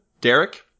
Derek